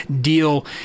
deal